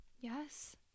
Yes